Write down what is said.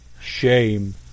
Shame